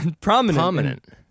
Prominent